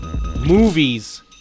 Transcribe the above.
movies